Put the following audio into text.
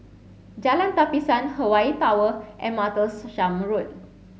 Jalan Tapisan Hawaii Tower and Martlesham Road